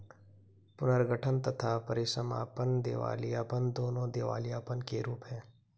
पुनर्गठन तथा परीसमापन दिवालियापन, दोनों दिवालियापन के रूप हैं